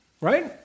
Right